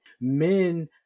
men